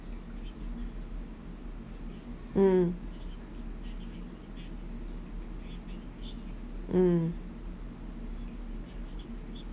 mm mm